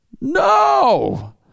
no